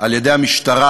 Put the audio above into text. על-ידי המשטרה